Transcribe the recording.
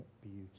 beauty